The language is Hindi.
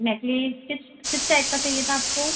नेकलेस किस किस टाइप का चहिए था आपको